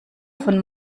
von